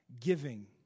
giving